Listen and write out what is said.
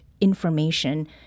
Information